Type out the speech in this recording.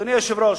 אדוני היושב-ראש,